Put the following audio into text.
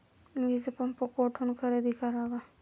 वीजपंप कुठून खरेदी करावा?